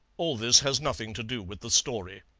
all this has nothing to do with the story.